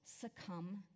succumb